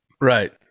Right